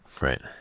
Right